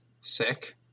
Sick